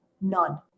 none